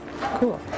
Cool